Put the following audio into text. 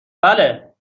بله